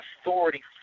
authority